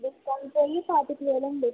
discount పోయి పాతిక వేలండి